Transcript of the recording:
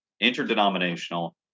interdenominational